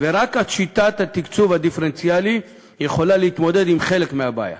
ורק שיטת התקצוב הדיפרנציאלי יכולה להתמודד עם חלק מהבעיה.